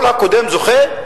כל הקודם זוכה?